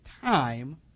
time